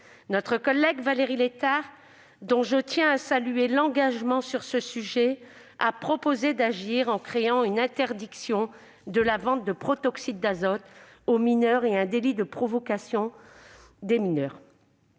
Notre collègue Valérie Létard, dont je tiens à saluer l'engagement sur ce sujet, a proposé d'agir en interdisant la vente de protoxyde d'azote aux mineurs et en créant un délit de provocation des mineurs